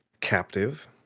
captive